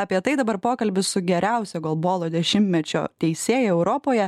apie tai dabar pokalbis su geriausia golbolo dešimtmečio teisėja europoje